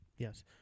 Yes